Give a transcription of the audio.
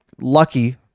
lucky